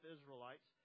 Israelites